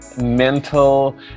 mental